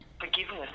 forgiveness